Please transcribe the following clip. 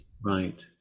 right